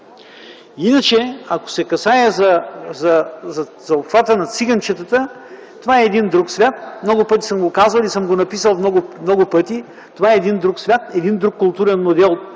Иначе, ако се касае за обхвата на циганчетата, това е един друг свят. Много пъти съм го казвал и съм го написал много пъти – това е един друг свят, един друг културен модел,